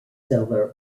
selling